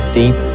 deep